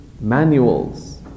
manuals